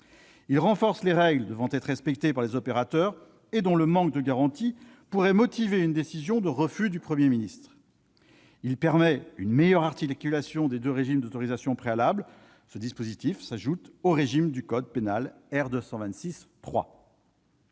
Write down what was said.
Il renforce les règles devant être respectées par les opérateurs et dont le manque de garantie pourrait motiver une décision de refus du Premier ministre. Il permet une meilleure articulation des deux régimes d'autorisation préalable, ce dispositif s'ajoutant au régime de l'article R. 226-3